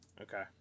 Okay